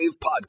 Podcast